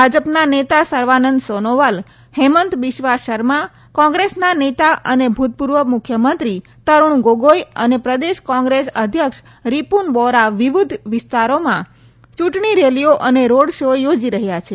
ભાજપના નેતા સર્વાનંદ સોનોવાલ હેમંત બિસ્વા શર્મા કોંગ્રેસના નેતા અને ભૂતપૂર્વ મુખ્યમંત્રી તરુણ ગોગોઈ અને પ્રદેશ કોંત્રેસ અધ્યક્ષ રીપૂન બોરા વિવિધ વિસ્તારોમાં ચ્રંટણી રેલીઓ અને રોડ શો યોજી રહ્યા છે